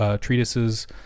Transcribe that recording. treatises